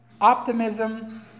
optimism